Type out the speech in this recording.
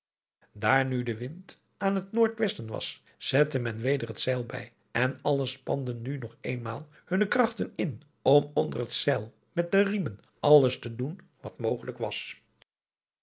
daar nu de wind aan het noordwesten was zette men weder het zeil bij en allen spanden nu nog eenmaal hunne krachten in om onder het zeil met de riemen alles te doen wat mogelijk was